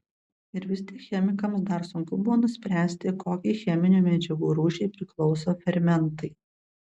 ir vis tik chemikams dar sunku buvo nuspręsti kokiai cheminių medžiagų rūšiai priklauso fermentai